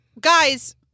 guys